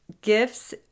gifts